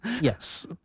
Yes